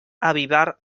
avivar